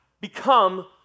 become